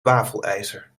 wafelijzer